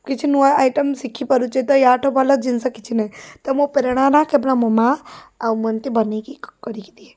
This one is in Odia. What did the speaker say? କିଛି ନୂଆ ଆଇଟମ୍ ଶିଖିପାରୁଛେ ତ ୟାଠୁ ଭଲ ଜିନିଷ କିଛି ନାହିଁ ତ ମୋ ପ୍ରେରଣା ମା' କେବଳ ମୋ ମା' ଆଉ ମୁଁ ଏମତି ବନେଇକି କରିକି ଦିଏ